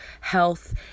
health